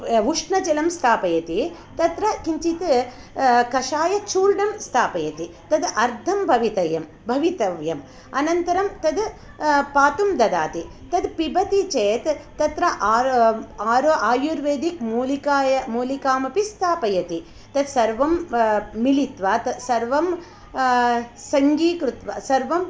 उष्णजलं स्थापयति तत्र किञ्चित् कषायचूर्णं स्थापयति तत् अर्धं भवितव्यम् अनन्तरं तत् पातुं ददाति तत् पिबति चेत् तत्र आयुर्वेद मूलिकामपि स्थापयति तत् सर्वं मिलित्वा सर्वं सङ्गीकृत्वा सर्वं